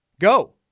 go